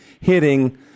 hitting